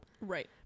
Right